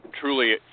truly